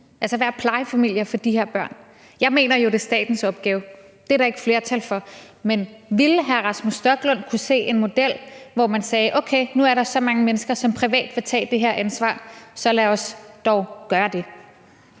altså være plejefamilier for de her børn. Jeg mener jo, det er statens opgave. Det er der ikke flertal for, men ville hr. Rasmus Stoklund kunne se en model, hvor man sagde: Okay, nu er der så mange mennesker, som privat vil tage det her ansvar, så lad os dog gøre det?